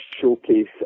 showcase